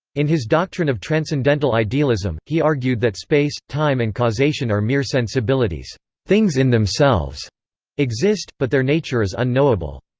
in his doctrine of transcendental idealism, he argued that space, time and causation are mere sensibilities things-in-themselves exist, but their nature is unknowable.